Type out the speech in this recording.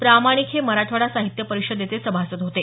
प्रामाणिक हे मराठवाडा साहित्य परिषदेचे सभासद होते